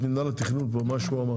מינהל התכנון ואת מה שהוא אמר.